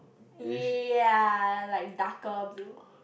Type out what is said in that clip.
ya like darker blue